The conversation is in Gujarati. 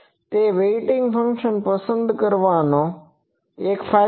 તે વેઇટિંગ ફંક્શનન પસંદ કરવાનો એક ફાયદો છે